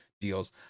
deals